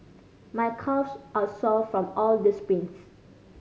my calves are sore from all the sprints